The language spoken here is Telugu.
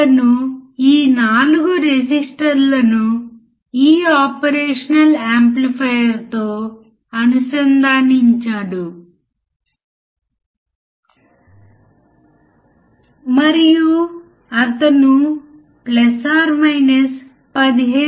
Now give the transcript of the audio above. అవును కాబట్టి ఇప్పుడు ఇది ఇప్పటికే 500 మిల్లీవోల్ట్లు అని మీరు చూడవచ్చు లేదా 1 కిలో హెర్ట్జ్ ఫ్రీక్వెన్సీ వద్ద 0